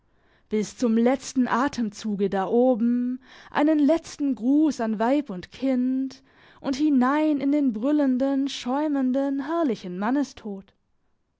bis zum letzten atemzuge da oben einen letzten gruss an weib und kind und hinein in den brüllenden schäumenden herrlichen mannestod